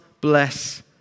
bless